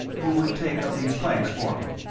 you would take up these planks for me.